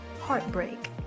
heartbreak